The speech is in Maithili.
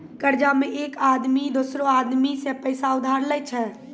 कर्जा मे एक आदमी दोसरो आदमी सं पैसा उधार लेय छै